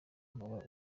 ntuba